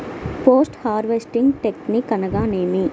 Post harvesting technique అనగా నేమి?